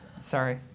Sorry